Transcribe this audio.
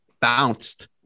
bounced